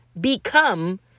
become